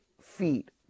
feet